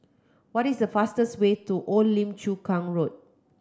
what is the fastest way to Old Lim Chu Kang Road